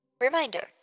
Reminder